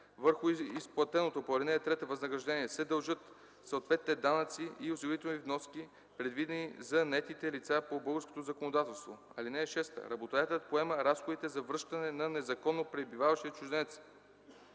Върху изплатеното по ал. 3 възнаграждение се дължат съответните данъци и осигурителни вноски, предвидени за наетите лица по българското законодателство. (6) Работодателят поема разходите за връщане на незаконно пребиваващия чужденец.